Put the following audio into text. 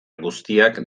guztiak